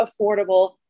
affordable